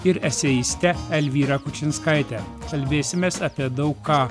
ir eseiste elvyra kučinskaitė kalbėsimės apie daug ką